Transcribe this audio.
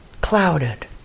clouded